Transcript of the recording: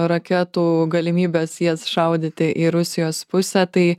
raketų galimybės jas šaudyti į rusijos pusę tai